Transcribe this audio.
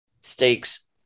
stakes